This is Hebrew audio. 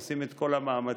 עושים את כל המאמצים,